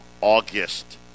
August